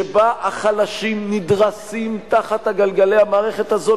שבה החלשים נדרסים תחת גלגלי המערכת הזאת,